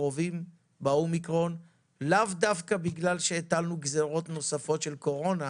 הקרובים מכיוון שיש כאן תופעה שלא